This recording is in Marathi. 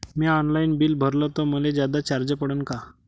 म्या ऑनलाईन बिल भरलं तर मले जादा चार्ज पडन का?